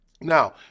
Now